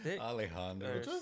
Alejandro